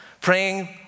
Praying